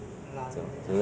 不懂 lah 为一